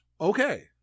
Okay